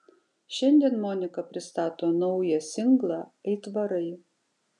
šiandien monika pristato naują singlą aitvarai